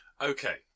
Okay